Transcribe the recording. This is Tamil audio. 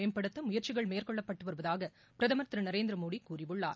மேம்படுத்த முயற்சிகள் மேற்கொள்ளப்பட்டு வருவதாக பிரதம் திரு நரேதந்திரமோடி கூறியுள்ளார்